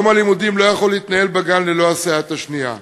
יום הלימודים לא יכול להתקיים בגן ללא הסייעת השנייה.